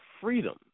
freedom